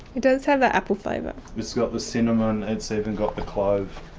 it does have that apple flavour. it's got the cinnamon. it's even got the clove.